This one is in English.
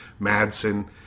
Madsen